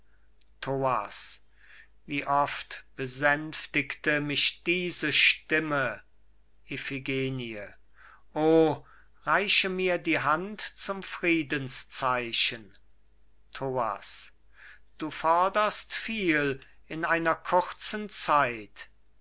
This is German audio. thoas wie oft besänftigte mich diese stimme iphigenie o reiche mir die hand zum friedenszeichen thoas du forderst viel in einer kurzen zeit